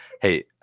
hey